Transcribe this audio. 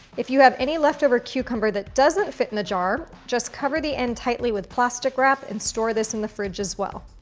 if you have any leftover cucumber that doesn't fit in the jar, just cover the end tightly with plastic wrap and store this in the fridge, as well.